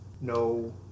No